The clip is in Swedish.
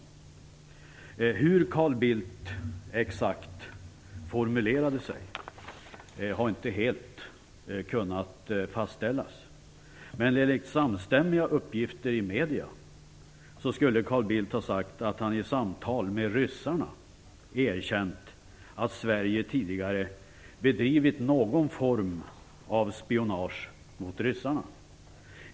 Exakt hur Carl Bildt formulerade sig har inte kunnat fastställas, men enligt samstämmiga uppgifter i medierna skulle Carl Bildt ha sagt att han i samtal med ryssarna erkänt att Sverige tidigare bedrivit någon form av spionage mot ryssarna.